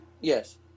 Yes